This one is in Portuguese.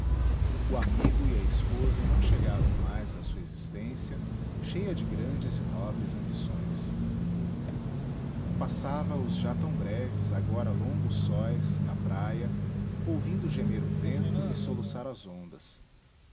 o amigo e a esposa não chegavam mais à sua existência cheia de grandes e nobres ambições passava os já tão breves agora longos sóis na praia ouvindo gemer o vento e soluçar as ondas